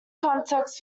contexts